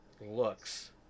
looks